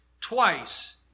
twice